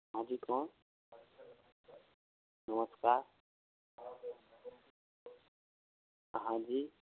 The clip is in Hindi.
हाँ जी कौन नमस्कार हाँ जी